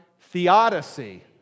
theodicy